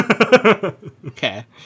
Okay